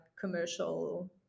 commercial